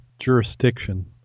jurisdiction